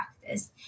practice